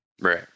Right